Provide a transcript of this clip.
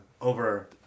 over